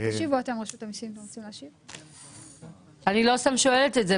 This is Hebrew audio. אני לא סתם שואלת את זה.